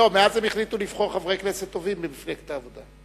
מאז הם החליטו לבחור חברי כנסת טובים במפלגת העבודה.